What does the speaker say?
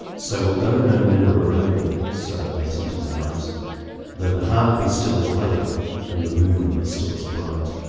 so we'll go no more a-rovingso so late into the nightthough the the heart be still as lovingand and the moon be still as bright.